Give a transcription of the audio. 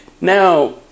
Now